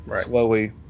slowly